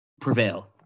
prevail